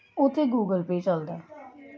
ਉੱਥੇ Google Pay ਚਲਦਾ ਹੈ